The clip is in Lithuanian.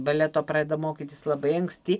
baleto pradeda mokytis labai anksti